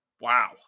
wow